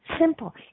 simple